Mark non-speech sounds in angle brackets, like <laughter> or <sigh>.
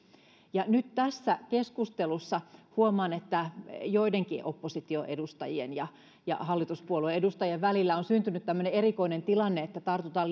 nyt tässä keskustelussa huomaan että joidenkin oppositioedustajien ja ja hallituspuolueen edustajien välille on syntynyt tämmöinen erikoinen tilanne että tartutaan <unintelligible>